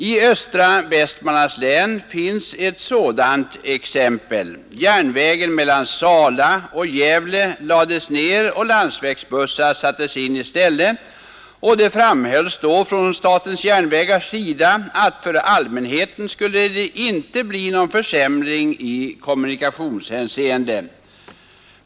I östra Västmanlands län finns ett sådant exempel. Järnvägen mellan Sala och Gävle lades ner, och landsvägsbussar sattes in i stället. SJ framhöll då att för allmänheten skulle det inte bli någon försämring i kommunikationshänseende.